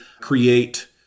create